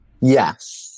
Yes